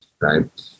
Right